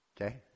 Okay